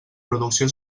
producció